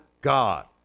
God